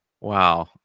Wow